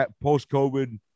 post-COVID